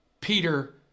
Peter